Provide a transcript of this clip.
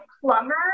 plumber